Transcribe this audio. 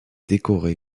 décoré